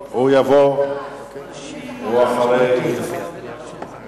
למרות הבטחה לחיסון,